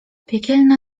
piekielna